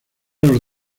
los